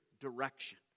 direction